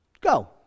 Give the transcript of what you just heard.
Go